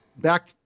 Back